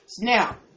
Now